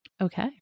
Okay